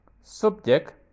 Subject